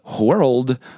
world